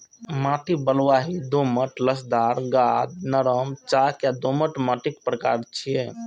माटि बलुआही, दोमट, लसदार, गाद, नरम, चाक आ दोमट माटिक प्रकार छियै